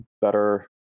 better